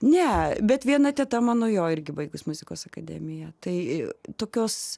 ne bet viena teta mano jo irgi baigusi muzikos akademiją tai tokios